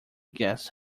guest